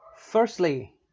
Firstly